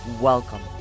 Welcome